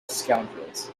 scoundrels